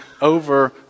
over